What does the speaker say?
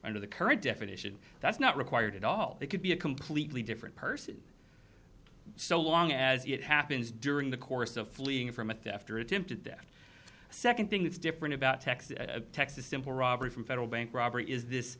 under the current definition that's not required at all it could be a completely different person so long as it happens during the course of fleeing from a theft or attempted that second thing that's different about texas texas simple robbery from federal bank robbery is this